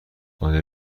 آیا